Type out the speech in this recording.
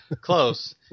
Close